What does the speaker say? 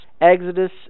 Exodus